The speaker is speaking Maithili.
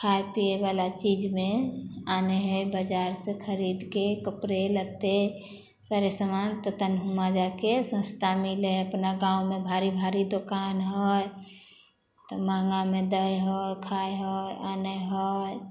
खाइ पिएवला चीजमे आनै हइ बजारसे खरिदके कपड़े लत्ते सारे समान तऽ तनि हुआँ जाके सस्ता मिलै हइ अपना गाँवमे भारी भारी दोकान हइ तऽ महगामे दै हइ खाइ हइ आनै हइ